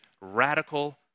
radical